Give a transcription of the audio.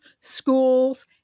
Schools